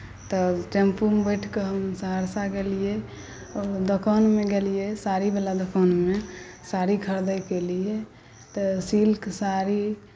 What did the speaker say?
तऽ टेम्पूमे बैठिके हम सहरसा गेलियै ओहिमे दोकानमे गेलियै साड़ीवला दोकानमे साड़ी खरिदैके लिए तऽ सिल्क साड़ी